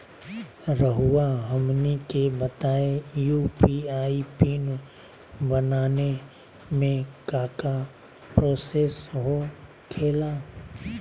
रहुआ हमनी के बताएं यू.पी.आई पिन बनाने में काका प्रोसेस हो खेला?